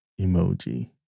emoji